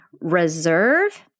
reserve